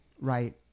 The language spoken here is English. right